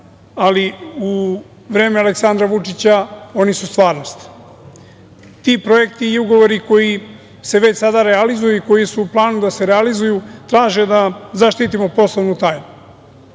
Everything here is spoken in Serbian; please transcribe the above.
ali u vreme Aleksandra Vučića oni su stvarnost. Ti projekti i ugovori koji se već sada realizuju i koji su u planu da se realizuju traže da zaštitimo poslovnu tajnu.